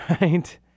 right